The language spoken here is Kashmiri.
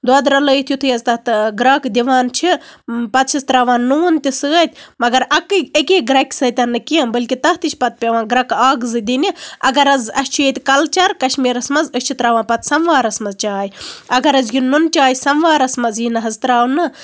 دۄد رَلٲوِتھ یِتھُے حظ تَتھ گرٮ۪کھ دِوان چھِ پَتہٕ چھِس تراوان نوٗن تہِ سۭتۍ مَگر اَکٕے اَکی گرٮ۪کہِ سۭتۍ نہٕ کیٚنہہ بٔلکہِ تَتھ تہِ چھِ پَتہٕ پیوان گرٮ۪کہٕ اکھ زٕ دِنہِ اَگر حظ اَسہِ چھُ ییٚتہِ کلچَر کَشمیٖرَس منٛز أسۍ چھِ تراوان پَتہٕ سَموارَس منٛز چاے اَگر اَسہِ یہِ نُن چاے سَموارَس منٛز یہِ نہ حظ تراونہٕ